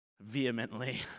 vehemently